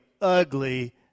ugly